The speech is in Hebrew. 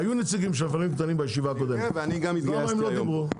היו נציגים של מפעלים קטנים בישיבה הקודמת למה הם לא דיברו,